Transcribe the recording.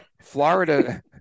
Florida